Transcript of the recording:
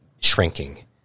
shrinking